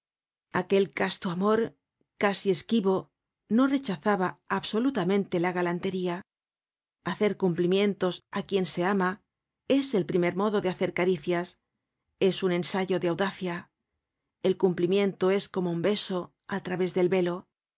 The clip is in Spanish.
aquel casto amor casi esquivo no rechazaba absolutamente la galantería hacer cumplimientos áquien se ama es el primer modo de hacer caricias es un ensayo de audacia el cumplimiento es como un beso al través del velo